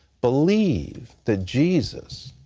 believe that jesus,